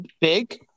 big